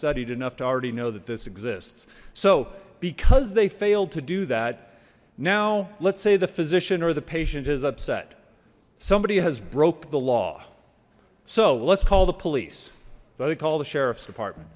studied enough to already know that this exists so because they failed to do that now let's say the physician or the patient is upset somebody has broke the law so let's call the police though they call the sheriff's department